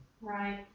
Right